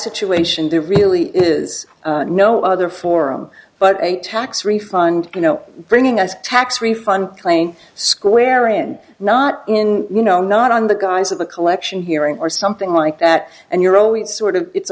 situation the really is no other forum but a tax refund you know bringing us tax refund playing square and not in you know not on the guise of the collection hearing or something like that and you're always sort of it's